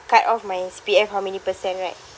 cut off my C_P_F how many percent right